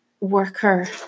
worker